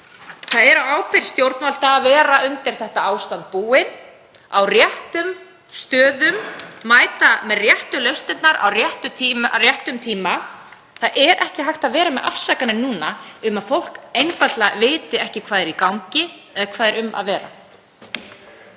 Það er á ábyrgð stjórnvalda að vera undir þetta ástand búin, vera á réttum stöðum, að mæta með réttu lausnirnar á réttum tíma. Það er ekki hægt að vera með afsakanir núna um að fólk viti einfaldlega ekki hvað sé í gangi eða hvað sé um að vera.